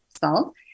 salt